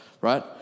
right